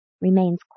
remains